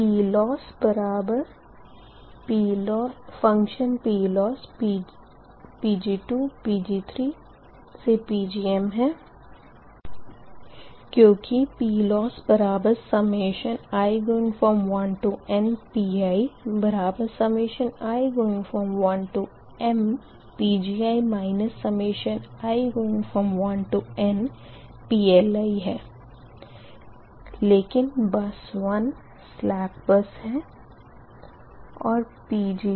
PLossPLossPg2Pg3Pgm है क्यूँकि PLossi1nPii1mPgi i1nPLi है लेकिन बस 1 स्लेक बस है और Pg1P1PL1